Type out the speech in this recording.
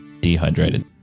Dehydrated